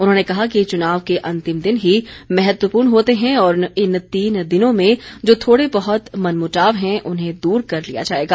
उन्होंने कहा कि चुनाव के अंतिम दिन ही महत्वपूर्ण होते हैं और इन तीन दिनों में जो थोड़े बहत मनमुटाव हैं उन्हें दूर कर लिया जाएगा